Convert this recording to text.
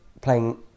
playing